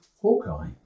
Hawkeye